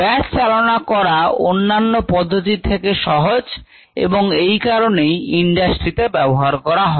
batch চালনা করা অন্যান্য পদ্ধতির থেকে সহজ এবং এই কারণে ইন্ডাস্ট্রিতে ব্যবহার করা হয়